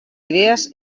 idees